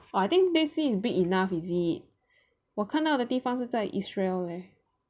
I think Dead Sea is big enough is it 我看到的地方是在 Israel leh